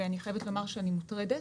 ואני חייבת לומר שאני מוטרדת